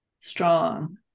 strong